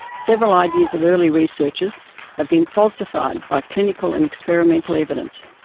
several ideas of early researchers have been falsified by clinical and experimental evidence.